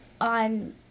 on